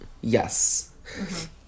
Yes